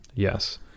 Yes